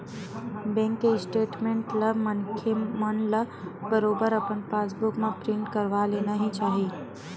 bank के statement ला मनखे मन ल बरोबर अपन पास बुक म प्रिंट करवा लेना ही चाही